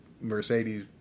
Mercedes